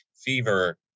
fever